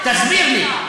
תסביר לי?